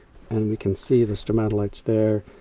and we can see the stromatolites there.